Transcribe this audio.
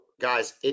guys